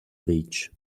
beach